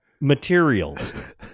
materials